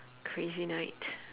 crazy night